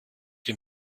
dem